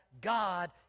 God